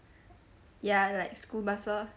ya like school bus lor